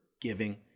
giving